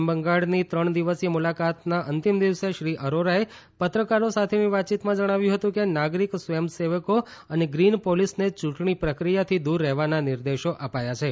પશ્ચિમ બંગાળની ત્રણ દિવસીય મુલાકાતના અંતિમ દિવસે શ્રી અરોરાએ પત્રકારો સાથેની વાતચીતમાં જણાવ્યું હતું કે નાગરિક સ્વયં સેવકો અને ગ્રીન પોલીસને યૂંટણી પ્રક્રિયાથી દૂર રહેવાના નિર્દેશો અપાયા છે